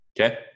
Okay